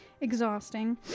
Exhausting